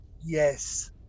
Yes